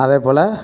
அதேபோல்